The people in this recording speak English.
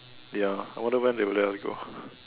they are I wonder when they will let us go